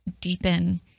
deepen